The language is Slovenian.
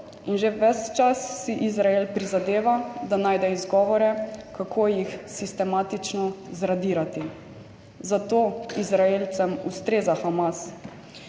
in že ves čas si Izrael prizadeva, da najde izgovore, kako jih sistematično zradirati. Zato Izraelcem ustreza Hamas.